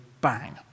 bang